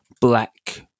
black